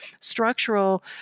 structural